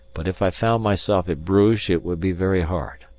but if i found myself at bruges it would be very hard.